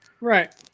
right